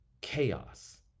Chaos